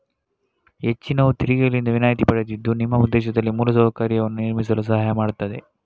ಹೆಚ್ಚಿನವು ತೆರಿಗೆಗಳಿಂದ ವಿನಾಯಿತಿ ಪಡೆದಿದ್ದು ನಿಮ್ಮ ಪ್ರದೇಶದಲ್ಲಿ ಮೂಲ ಸೌಕರ್ಯವನ್ನು ನಿರ್ಮಿಸಲು ಸಹಾಯ ಮಾಡ್ತದೆ